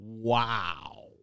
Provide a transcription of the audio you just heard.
Wow